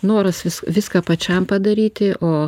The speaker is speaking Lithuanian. noras vis viską pačiam padaryti o